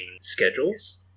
schedules